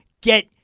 get